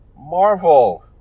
Marvel